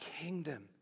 kingdom